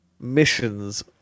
missions